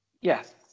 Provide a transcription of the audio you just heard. Yes